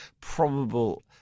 probable